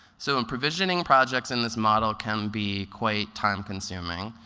so and provisioning projects in this model can be quite time consuming.